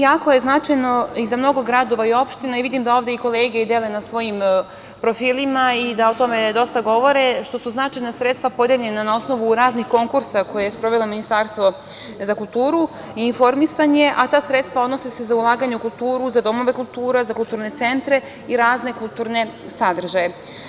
Jako je značajno i za mnogo gradova i opština, vidim da i ovde kolege dele na svojim profilima i da o tome dosta govore, što su značajna sredstva podeljena na osnovu raznih konkursa koje je sprovelo Ministarstvo za kulturu i informisanje, a ta sredstva se odnose na ulaganje u kulturu, za domove kulture, za kulturne centre i razne kulturne sadržaje.